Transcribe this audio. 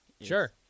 Sure